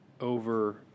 over